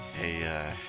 hey